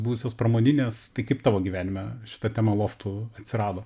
buvusios pramoninės tai kaip tavo gyvenime šita tema loftų atsirado